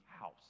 house